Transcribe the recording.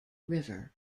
river